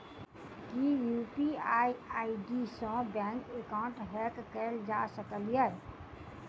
की UPI ID सऽ bank account hack कैल जा सकलिये?